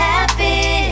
Happy